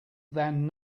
than